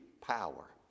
power